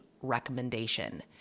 recommendation